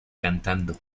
cantando